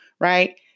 right